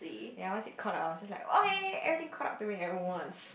ya once it caught up I was just like okay everything caught up to me at once